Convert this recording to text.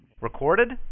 Recorded